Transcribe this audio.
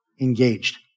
engaged